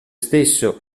stesso